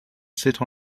sit